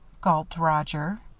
gulped roger.